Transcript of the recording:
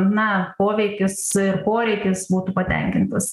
na poveikis ir poreikis būtų patenkintas